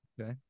Okay